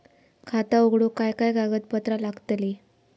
खाता उघडूक काय काय कागदपत्रा लागतली?